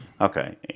Okay